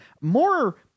more